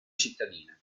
cittadina